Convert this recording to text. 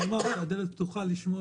לגבי דיור לטווח ארוך הדלת פתוחה לשמוע